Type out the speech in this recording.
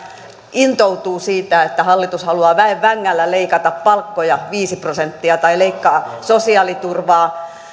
intoutuu siitä että hallitus haluaa väen vängällä leikata palkkoja viisi prosenttia tai leikkaa sosiaaliturvaa